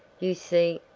you see,